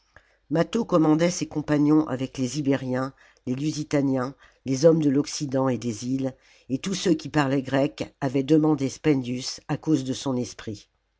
mâtho commandait ses compagnons avec les ibériens les lusitaniens les hommes de l'occident et des îles et tous ceux qui parlaient grec avaient demandé spendius à cause de son esprit